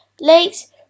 lakes